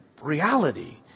reality